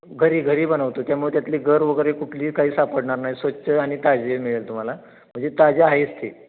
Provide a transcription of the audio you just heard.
घरी घरी बनवतो त्यामुळे त्यातले गर वगैरे कुठली काही सापडणार नाही स्वच्छ आणि ताजी मिळेल तुम्हाला म्हणजे ताजी आहेच ती